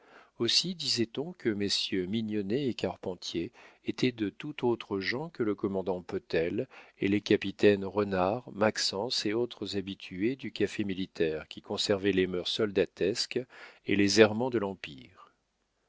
aussi disait-on que messieurs mignonnet et carpentier étaient de tout autres gens que le commandant potel et les capitaines renard maxence et autres habitués du café militaire qui conservaient les mœurs soldatesques et les errements de l'empire